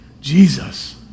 Jesus